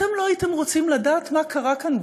אתם לא הייתם רוצים לדעת מה קרה כאן,